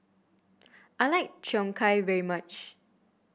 I like Cheong very much